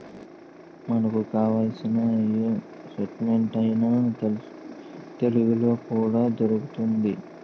మనకు కావాల్సిన ఏ స్టేట్మెంట్ అయినా తెలుగులో కూడా దొరుకుతోంది